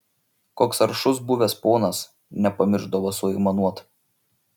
koks aršus buvęs ponas nepamiršdavo suaimanuot